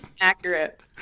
accurate